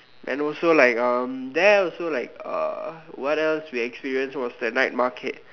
and also like a there also like a what else we experience was that the night market